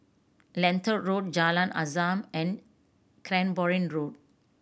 Lentor Road Jalan Azam and Cranborne Road